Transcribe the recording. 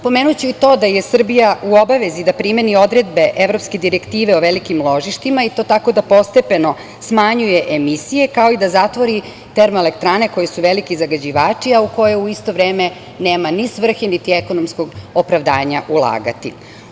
Pomenuću i to da je Srbija u obavezi da primeni odredbe evropske direktive o velikim ložištima i to tako da postepeno smanjuje emisije, kao i da zatvori termoelektrane koje su veliki zagađivači, a u koje u isto vreme nema ni svrhe, niti ekonomskog opravdanja ulagati.